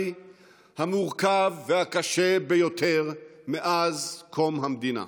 המורכב והקשה ביותר מאז קום המדינה.